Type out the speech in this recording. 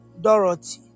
Dorothy